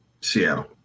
Seattle